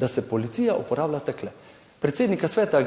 da se policija uporablja takole. Predsednika sveta